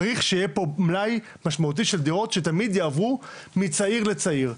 צריך להיות פה מלאי משמעותי של דירות שתמיד יעברו מצעיר לצעיר.